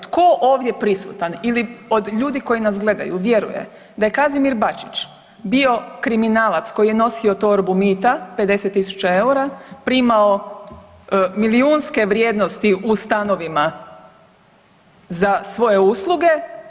Tko ovdje prisutan ili od ljudi koji nas gledaju vjeruje da je Kazimir Bačić bio kriminalac koji je nosio torbu mita 50 000 eura, primao milijunske vrijednosti u stanovima za svoje usluge.